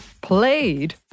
played